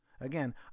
Again